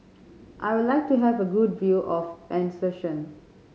I would like to have a good view of Asuncion